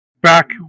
back